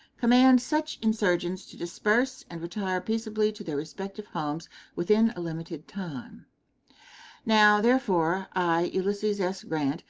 command such insurgents to disperse and retire peaceably to their respective homes within a limited time now, therefore, i, ulysses s. grant,